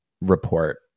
report